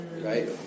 right